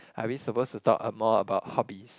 are we supposed to talk a more about hobbies